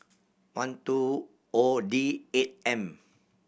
one two O D eight M